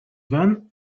then